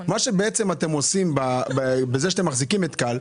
מה שבעצם אתם עושים בזה שאתם מחזיקים את כאל,